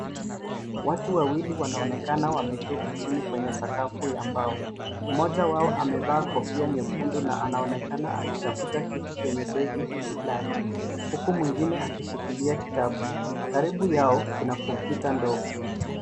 Watu wawili wanaonekana wameketi chini kwenye sakafu ya mbao, mmoja wao amevaa kofia nyekundu, na anaonekana akitafuta kitu kwenye begi lake, huku mwingine akishikilia kitabu. Karibu yao, kuna kompyuta ndogo.